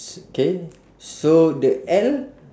K so the L